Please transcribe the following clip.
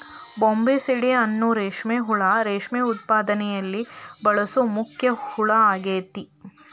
Bombycidae ಅನ್ನೋ ರೇಷ್ಮೆ ಹುಳು ರೇಷ್ಮೆ ಉತ್ಪಾದನೆಯಲ್ಲಿ ಬಳಸೋ ಮುಖ್ಯ ಹುಳ ಆಗೇತಿ